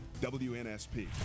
WNSP